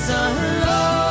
alone